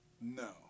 No